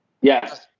yes